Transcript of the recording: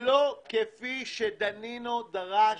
לא כפי שדנינו דרש,